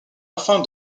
afin